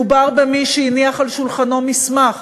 מדובר במי שהניח על שולחנו מסמך